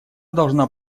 должна